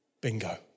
Bingo